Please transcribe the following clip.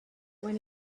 when